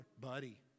buddy